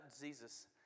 Jesus